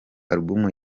album